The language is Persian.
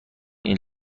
این